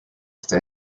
esta